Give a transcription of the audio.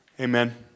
Amen